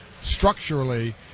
structurally